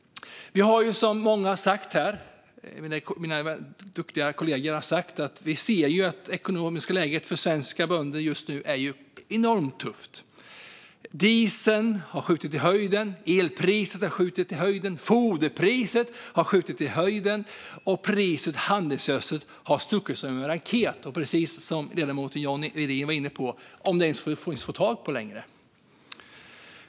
Vi ser, som mina duktiga kollegor har sagt här, att det ekonomiska läget för svenska bönder just nu är enormt tufft. Dieselpriset har skjutit i höjden, elpriset har skjutit i höjden, foderpriset har skjutit i höjden och priset på handelsgödsel har stuckit i väg som en raket. Precis som ledamoten John Widegren var inne på är frågan om handelsgödsel ens går att få tag på längre.